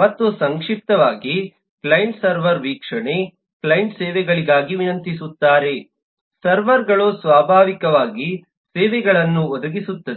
ಮತ್ತು ಸಂಕ್ಷಿಪ್ತವಾಗಿ client server ವೀಕ್ಷಣೆ ಕ್ಲೈಂಟ್ ಸೇವೆಗಳಿಗಾಗಿ ವಿನಂತಿಸುತ್ತಾರೆ ಸರ್ವರ್ಗಳು ಸ್ವಾಭಾವಿಕವಾಗಿ ಸೇವೆಗಳನ್ನು ಒದಗಿಸುತ್ತವೆ